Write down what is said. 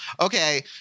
okay